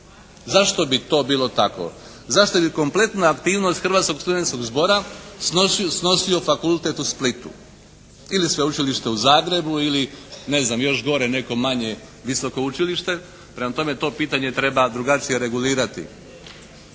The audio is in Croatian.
Zašto bi to bilo tako? Zašto bi kompletna aktivnost Hrvatskog studentskog zbora snosio fakultet u Splitu ili Sveučilište u Zagrebu ili ne znam još gore neko manje visoko učilište. Prema tome, to pitanje treba drugačije regulirati.